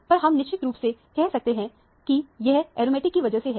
पर हम निश्चित रूप से कह सकते हैं कि यह एरोमेटिक की वजह से है